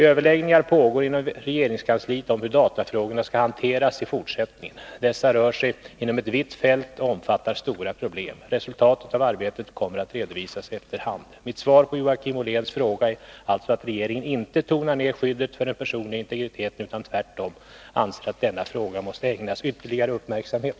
Överläggningar pågår inom regeringskansliet om hur datafrågorna skall hanteras i fortsättningen. Dessa rör sig inom ett vitt fält och omfattar stora problem. Resultatet av arbetet kommer att redovisas efter hand. Mitt svar på Joakim Olléns fråga är alltså att regeringen inte tonar ner skyddet för den personliga integriteten utan tvärtom anser att denna fråga måste ägnas ytterligare uppmärksamhet.